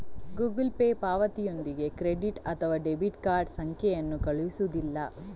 Google Pay ಪಾವತಿಯೊಂದಿಗೆ credit ಅಥವಾ debit card ಸಂಖ್ಯೆಯನ್ನು ಕಳುಹಿಸುವುದಿಲ್ಲ